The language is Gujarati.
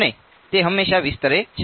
અને તે હમેશા વિસ્તરે છે